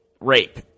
rape